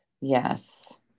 yes